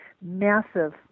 massive